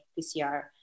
PCR